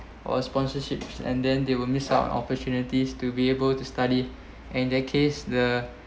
or sponsorships and then they will miss out opportunities to be able to study and their case the